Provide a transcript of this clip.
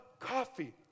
coffee